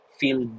feel